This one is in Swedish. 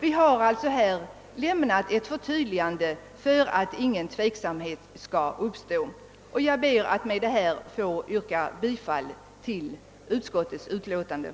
Vi har alltså på denna punkt gjort ett förtydligande för att ingen tveksamhet skall uppstå. Jag ber med det anförda att få yrka bifall till utskottets hemställan.